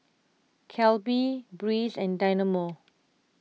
Calbee Breeze and Dynamo